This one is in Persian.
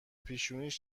پیشونیش